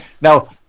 Now